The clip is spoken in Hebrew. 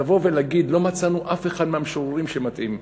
לבוא ולהגיד: לא מצאנו אף אחד מהמשוררים שמתאים.